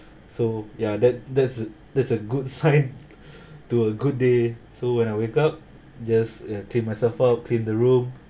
so ya that that's a that's a good sign to a good day so when I wake up just uh clean myself up clean the room